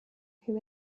who